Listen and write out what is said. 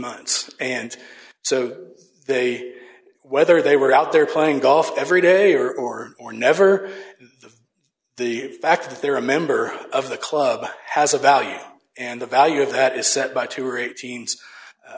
months and so they whether they were out there playing golf every day or or or never the fact that they're a member of the club has a value and the value of that is set by two or eight